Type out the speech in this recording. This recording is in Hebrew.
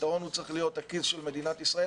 הפתרון צריך להיות הכיס של מדינת ישראל.